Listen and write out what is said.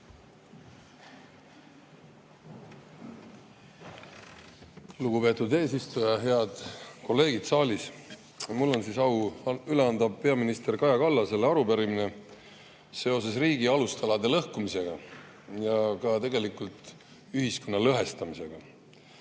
Lugupeetud eesistuja! Head kolleegid saalis! Mul on au üle anda peaminister Kaja Kallasele arupärimine riigi alustalade lõhkumise ja ka tegelikult ühiskonna lõhestamise